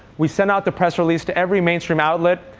we send out the press release to every mainstream outlet.